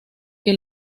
que